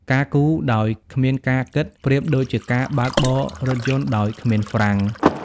ការ «គូរ» ដោយគ្មានការ «គិត» ប្រៀបដូចជាការបើកបររថយន្តដោយគ្មានហ្វ្រាំង។